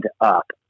up